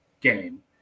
game